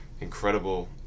incredible